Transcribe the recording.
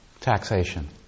Taxation